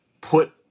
put